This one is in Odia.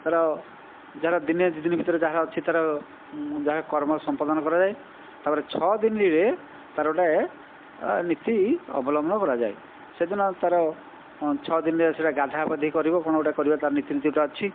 ତା'ର ଯାହାର ଦିନେ ଦୁଇ ଦିନ ଭିତରେ ଯାହା ଅଛି ତା'ର ଯାହାର କର୍ମ ସମ୍ପାଦନ କରାଯାଏ ତା'ପରେ ଛଅ ଦିନରେ ତା'ର ଗୋଟିଏ ନୀତି ଅବଲମ୍ବନ କରାଯାଏ ସେଦିନ ତା'ର ଛଅ ଦିନରେ ସେଇଟା ଗାଧାପାଧି କରିବ କ'ଣ ଗୋଟିଏ କରିବ ତା'ର ନୀତି ନୀତି ଗୋଟିଏ ଅଛି